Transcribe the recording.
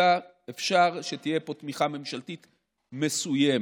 אלא אפשר שתהיה פה תמיכה ממשלתית מסוימת.